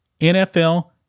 NFL